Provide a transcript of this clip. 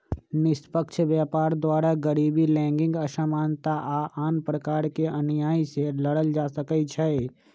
निष्पक्ष व्यापार द्वारा गरीबी, लैंगिक असमानता आऽ आन प्रकार के अनिआइ से लड़ल जा सकइ छै